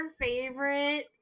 favorite